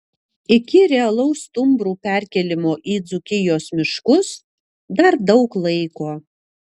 iki realaus stumbrų perkėlimo į dzūkijos miškus dar daug laiko